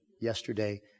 yesterday